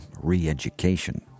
re-education